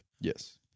Yes